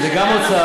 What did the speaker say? זה גם האוצר,